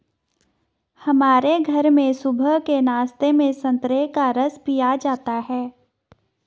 हमारे घर में सुबह के नाश्ते में संतरे का रस पिया जाता है